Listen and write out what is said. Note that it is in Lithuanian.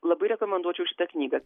labai rekomenduočiau šitą knygą